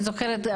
אני זוכרת,